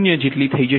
0 જેટલી થઈ જશે